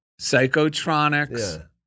psychotronics